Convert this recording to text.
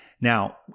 Now